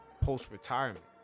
post-retirement